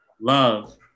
Love